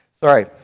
sorry